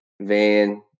van